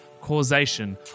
causation